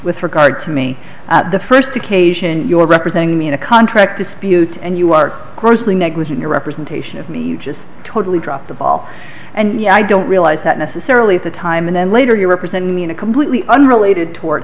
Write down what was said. with regard to me at the first occasion you are representing me in a contract dispute and you are grossly negligent your representation of me you just totally dropped the ball and you know i don't realize that necessarily at the time and then later you represent me in a completely unrelated to